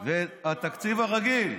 התקציב הרגיל,